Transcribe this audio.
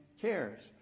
cares